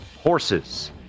horses